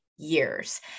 years